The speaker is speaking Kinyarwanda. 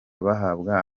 bahabwa